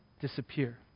disappear